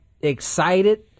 excited